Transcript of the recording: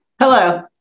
Hello